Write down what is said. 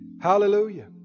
Hallelujah